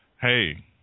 hey